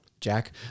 Jack